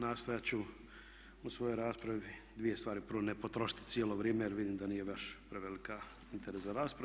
Nastojat ću u svojoj raspravi dvije stvari prvo ne potrošiti cijelo vrijeme jer vidim da nije baš preveliki interes za raspravu.